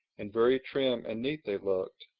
and very trim and neat they looked,